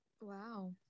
Wow